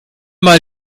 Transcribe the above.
mal